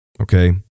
okay